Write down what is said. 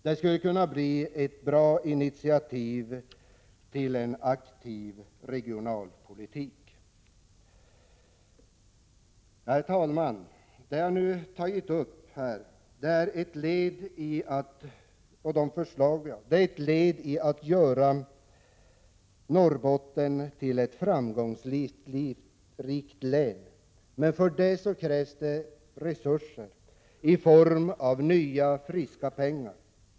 Det skulle kunna bli ett bra initiativ i en aktiv regionalpolitik. Herr talman! De förslag jag här nu har tagit upp är ett led i att göra Norrbotten till ett framgångsrikt län, men för detta krävs det resurser i form av nya, friska pengar.